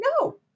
no